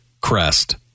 crest